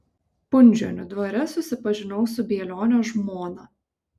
punžionių dvare susipažinau su bielionio žmona